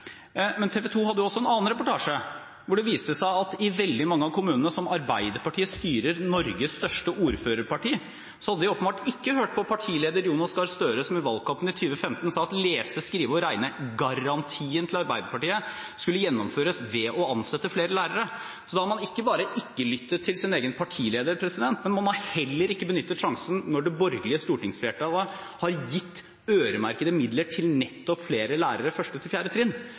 Men TV 2 hadde også en annen reportasje som viste at i veldig mange av kommunene som Arbeiderpartiet styrer – Norges største ordførerparti – hadde de åpenbart ikke hørt på partileder Jonas Gahr Støre, som i valgkampen i 2015 sa at lese-, skrive- og regnegarantien til Arbeiderpartiet skulle gjennomføres ved å ansette flere lærere. Da har man ikke bare ikke-lyttet til sin egen partileder, men man har heller ikke benyttet sjansen når det borgerlige stortingsflertallet har gitt øremerkede midler til nettopp flere lærere på 1.–4. trinn.